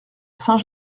saint